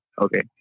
okay